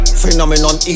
phenomenon